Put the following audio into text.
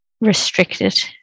restricted